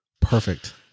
Perfect